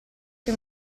che